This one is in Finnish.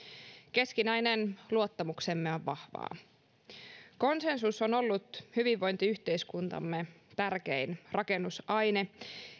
keskinäinen luottamuksemme on vahvaa konsensus on ollut hyvinvointiyhteiskuntamme tärkein rakennusaine